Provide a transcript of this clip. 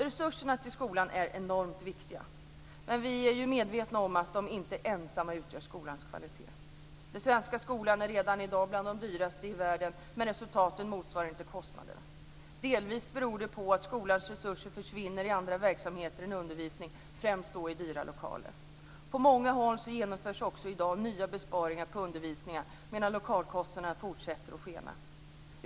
Resurserna till skolan är enormt viktiga men vi är medvetna om att de ensamma inte utgör skolans kvalitet. Den svenska skolan hör redan till de dyraste i världen men resultaten motsvarar inte kostnaderna. Delvis beror det på att skolans resurser försvinner i andra verksamheter än undervisning, främst i dyra lokaler. På många håll genomförs också i dag nya besparingar inom undervisningen, medan lokalkostnaderna fortsätter att skena.